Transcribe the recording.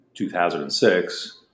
2006